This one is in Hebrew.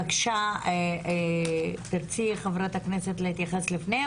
בבקשה, חברת הכנסת גבי לסקי.